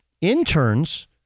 interns